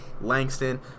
Langston